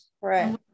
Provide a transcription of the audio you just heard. right